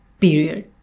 period